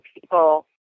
people